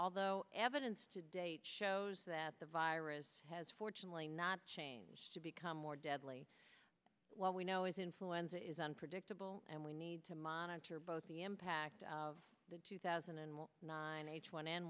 although evidence to date shows that the virus has fortunately not changed to become more deadly what we know is influenza is unpredictable and we need to monitor both the impact of the two thousand and nine h one